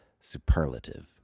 superlative